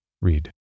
Read